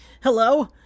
hello